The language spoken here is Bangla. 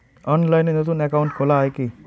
অনলাইনে নতুন একাউন্ট খোলা য়ায় কি?